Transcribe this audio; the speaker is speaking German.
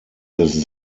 des